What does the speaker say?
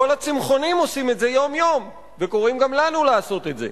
כל הצמחונים עושים את זה יום-יום וקוראים גם לנו לעשות את זה.